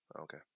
Okay